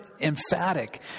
emphatic